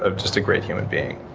ah just a great human being.